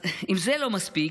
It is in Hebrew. אם זה לא מספיק,